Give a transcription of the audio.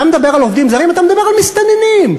העובדים הזרים החוקיים במדינת ישראל,